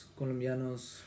Colombianos